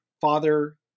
father